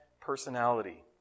personality